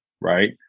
right